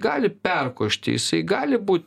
gali perkošti jisai gali bū